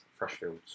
Freshfields